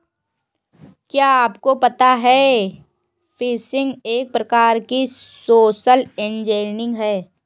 क्या आपको पता है फ़िशिंग एक प्रकार की सोशल इंजीनियरिंग है?